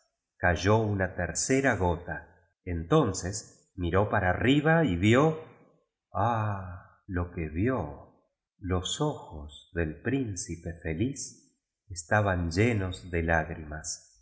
cayó una tercera gota entonces miró para arriba y vid jalil i lo que vió los ojos dd príncipe feliz cataban llenos de